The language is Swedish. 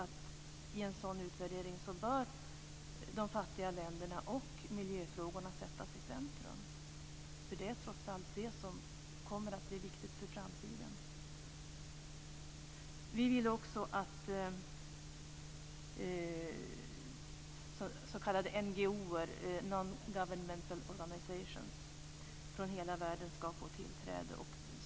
I en sådan utvärdering bör de fattiga länderna och miljöfrågorna sättas i centrum. Det är trots allt det som kommer att bli viktigt för framtiden. Vi vill också att s.k. NGO:er, Non-Governmental Organizations, från hela världen ska få tillträde.